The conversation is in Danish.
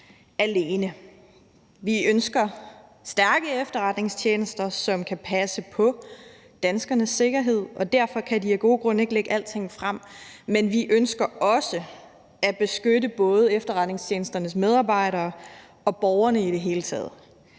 alene. Vi ønsker stærke efterretningstjenester, som kan passe på danskernes sikkerhed, og derfor kan de jo af gode grunde ikke lægge alting frem. Men vi ønsker også at beskytte både efterretningstjenesternes medarbejdere og borgerne i det hele taget,